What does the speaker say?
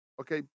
okay